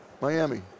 miami